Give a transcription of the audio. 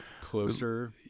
closer